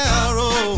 arrow